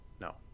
No